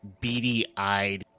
beady-eyed